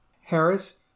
harris